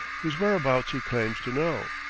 whose whereabouts he claims to know.